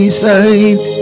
sight